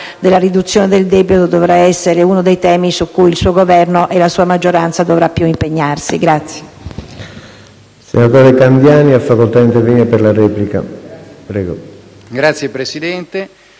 che la riduzione del debito dovrà essere uno dei temi su cui il suo Governo e la sua maggioranza dovranno più impegnarsi.